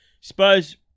Spurs